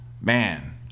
Man